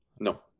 No